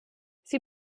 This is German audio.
sie